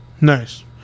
nice